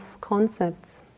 concepts